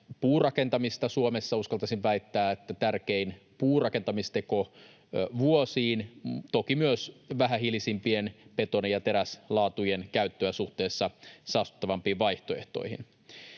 puurakentamista Suomessa — uskaltaisin väittää, että tärkein puurakentamisteko vuosiin — toki myös vähähiilisempien betoni- ja teräslaatujen käyttöä suhteessa saastuttavampiin vaihtoehtoihin.